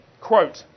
quote